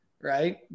right